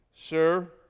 Sir